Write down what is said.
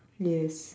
yes